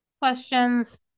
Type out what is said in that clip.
questions